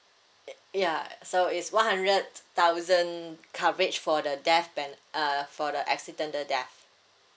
y~ ya so it's one hundred thousand coverage for the death ben~ uh for the accidental death